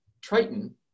Triton